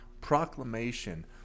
proclamation